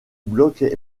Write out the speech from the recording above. blocs